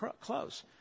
close